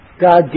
God